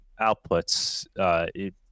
outputs